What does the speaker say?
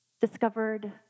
discovered